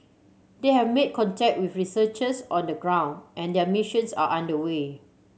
they have made contact with researchers on the ground and their missions are under way